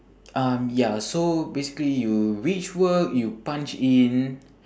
um ya so basically you reach work you punch in